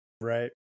Right